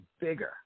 bigger